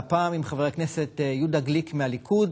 חברת הכנסת מרב מיכאלי מצרפת את תמיכתה בחוק לפרוטוקול.